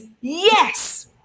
Yes